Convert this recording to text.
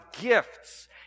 gifts